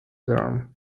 them